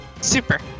Super